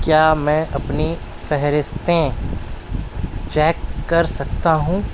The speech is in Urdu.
کیا میں اپنی فہرستیں چیک کر سکتا ہوں